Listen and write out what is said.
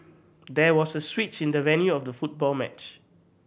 there was a switch in the venue of the football match